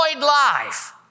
life